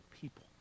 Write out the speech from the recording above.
people